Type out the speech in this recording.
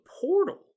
portal